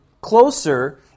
closer